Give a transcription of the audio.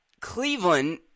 Cleveland